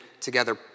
together